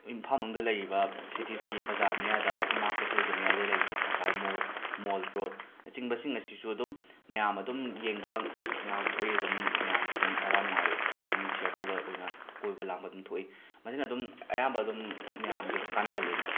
ꯏꯝꯐꯥꯜ ꯃꯅꯨꯡꯗ ꯂꯩꯔꯤꯕ ꯁꯤꯇꯤꯁꯀꯤ ꯕꯖꯥꯔ ꯃꯌꯥꯗ ꯏꯃꯥ ꯀꯩꯊꯦꯜꯒꯤ ꯃꯌꯥꯏꯗ ꯂꯩꯔꯤꯕ ꯊꯪꯒꯥꯜ ꯃꯣꯜ ꯃꯣꯜ ꯔꯣꯠ ꯅꯆꯤꯡꯕꯁꯤꯡ ꯑꯁꯤꯁꯨ ꯑꯗꯨꯝ ꯃꯌꯥꯝ ꯑꯗꯨꯝ ꯌꯦꯡꯕ ꯉꯥꯛ ꯊꯣꯛꯏ ꯑꯗꯨꯝ ꯃꯌꯥꯝꯒꯤ ꯑꯗꯨꯝ ꯑꯋꯥ ꯅꯨꯡꯉꯥꯏ ꯑꯗꯨꯝ ꯁꯦꯌꯥꯔ ꯇꯧꯕ ꯑꯣꯏꯅ ꯀꯣꯏꯕ ꯂꯥꯡꯕ ꯑꯗꯨꯝ ꯊꯣꯛꯏ ꯃꯁꯤꯅ ꯑꯗꯨꯝ ꯑꯌꯥꯝꯕ ꯑꯗꯨꯝ ꯃꯌꯥꯝꯒꯤ ꯑꯗꯨꯝ ꯀꯥꯟꯅꯍꯜꯂꯤ ꯑꯗꯨꯝ